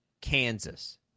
Kansas